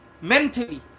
mentally